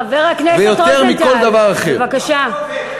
לך לעבוד, חבר הכנסת רוזנטל, בבקשה.